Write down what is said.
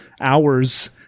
hours